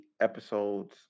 episodes